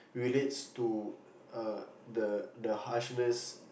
relates to a the the harshness